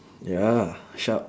ya sharp